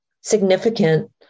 significant